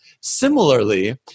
Similarly